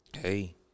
Hey